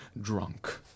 drunk